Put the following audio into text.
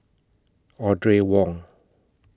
Audrey Wong